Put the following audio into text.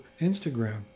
Instagram